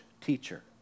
teacher